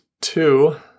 two